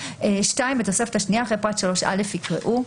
בתוספת השנייה, אחרי פרט 3א יקראו: